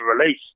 release